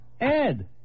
Ed